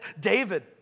David